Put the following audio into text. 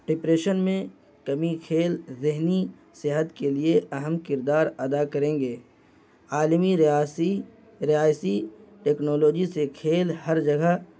depression میں کمی کھیل ذہنی صحت کے لیے اہم کردار ادا کریں گے عالمی ریاسی رہائشی ٹیکنالوجی سے کھیل ہر جگہ